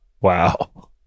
Wow